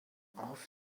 off